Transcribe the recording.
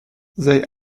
they